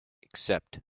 except